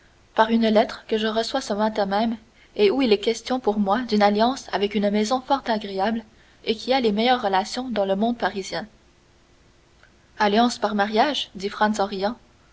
par une lettre que je reçois ce matin même et où il est question pour moi d'une alliance avec une maison fort agréable et qui a les meilleures relations dans le monde parisien alliance par mariage dit franz